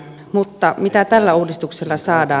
mutta mitä tällä uudistuksella saadaan